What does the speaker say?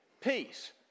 peace